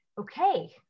Okay